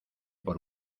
por